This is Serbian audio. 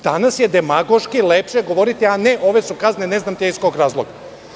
Danas je demagoški lepše govoriti, a ne ove su kazne iz ne znam kojih razloga.